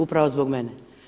Upravo zbog mene.